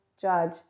judge